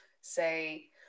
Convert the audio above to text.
say